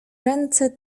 ręce